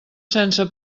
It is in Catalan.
sense